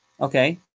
okay